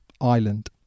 Island